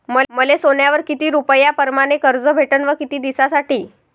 मले सोन्यावर किती रुपया परमाने कर्ज भेटन व किती दिसासाठी?